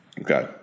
Okay